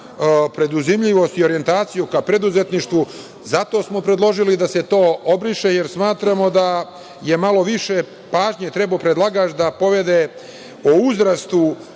preduzimljivost i orijentaciju ka preduzetništvu. Zato smo predložili da se to obriše, jer smatramo da je malo više pažnje trebao predlagač da povede o uzrastu